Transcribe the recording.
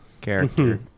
character